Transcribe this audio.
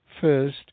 first